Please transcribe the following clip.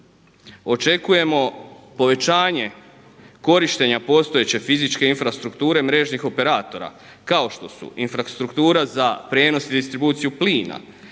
očekujemo povećanje korištenja postojeće fizičke infrastrukture mrežnih operatora kao što su infrastruktura za prijenos i distribuciju plina,